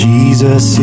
Jesus